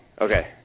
Okay